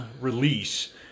release